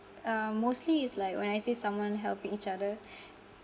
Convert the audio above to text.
um mostly is like when I see someone helping each other